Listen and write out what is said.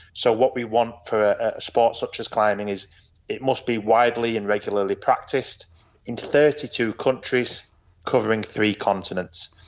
so what we want for a sport such as climbing, is it must be widely and regularly practised in thirty two countries covering three continents.